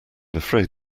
afraid